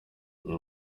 iyi